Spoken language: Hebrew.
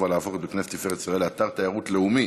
להפוך את בית-הכנסת "תפארת ישראל" לאתר תיירות לאומי.